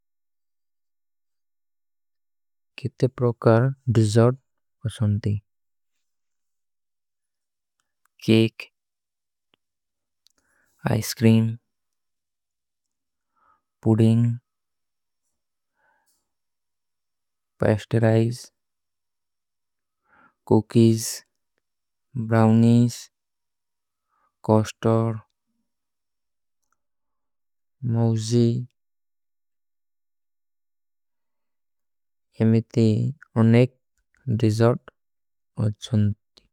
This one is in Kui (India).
କିତ୍ତେ ପ୍ରୋକର ଡିଜର୍ଡ ଅଚ୍ଛନ୍ତୀ cake, ice cream, pudding. Pastries, cookies, brownies, custard, ମୌଜୀ। ଏମେତେ ଅନେକ ଡିଜର୍ଡ ଅଚ୍ଛନ୍ତୀ।